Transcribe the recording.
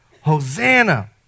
Hosanna